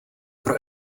pro